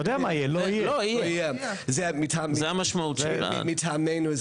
שני נושאים לפנינו.